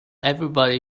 everybody